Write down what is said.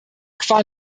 qua